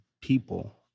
people